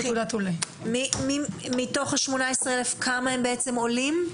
מתוך ה-18,000, כמה הם עולים?